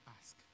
ask